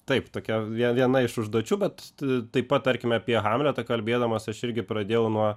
taip tokia vie viena iš užduočių bet taip pat tarkime apie hamletą kalbėdamas aš irgi pradėjau nuo